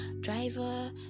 driver